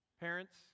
Parents